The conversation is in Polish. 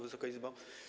Wysoka Izbo!